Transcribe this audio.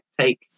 take